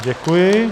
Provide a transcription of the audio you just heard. Děkuji.